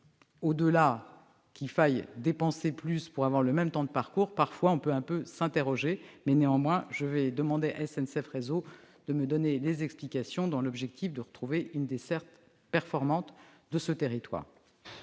mais qu'il faille dépenser plus pour avoir le même temps de parcours peut nous conduire à nous interroger. Néanmoins, je vais demander à SNCF Réseau de me donner des explications, dans l'objectif de retrouver une desserte performante de ce territoire.